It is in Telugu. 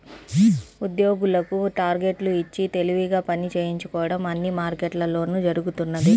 ఉద్యోగులకు టార్గెట్లు ఇచ్చి తెలివిగా పని చేయించుకోవడం అన్ని మార్కెట్లలోనూ జరుగుతున్నదే